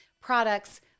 products